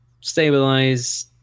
stabilize